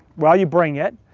well, you bring it.